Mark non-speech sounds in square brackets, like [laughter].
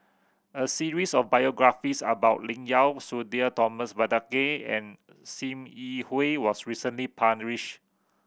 a series of biographies about Lim Yau Sudhir Thomas Vadaketh and Sim Yi Hui was recently [unintelligible]